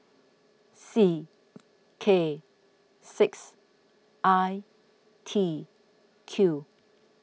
C K six I T Q